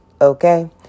okay